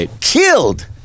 killed